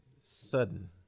sudden